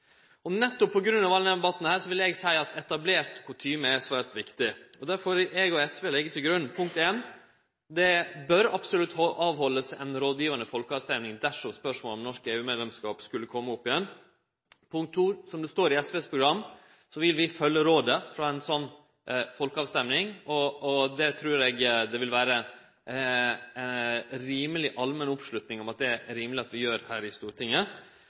Nettopp på grunn av heile denne debatten vil eg seie at etablert kutyme er svært viktig. Derfor vil eg og SV leggje til grunn, som punkt 1: Det bør absolutt haldast ei rådgivande folkeavstemming dersom spørsmålet om norsk EU-medlemskap skulle kome opp igjen. Punkt 2: Som det står i SVs program, vil vi følgje rådet frå ei slik folkeavstemming, og det trur eg det vil vere allmenn oppslutning om at er rimeleg at vi gjer her i Stortinget.